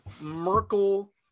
Merkel